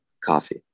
Coffee